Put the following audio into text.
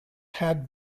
had